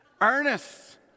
Ernest